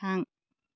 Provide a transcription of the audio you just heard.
थां